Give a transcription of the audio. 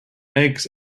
eggs